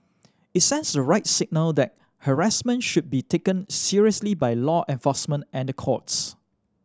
it sends the right signal that harassment should be taken seriously by law enforcement and the courts